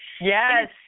Yes